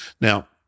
Now